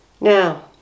Now